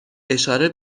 اشاره